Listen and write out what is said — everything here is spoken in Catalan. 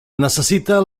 necessita